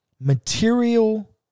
material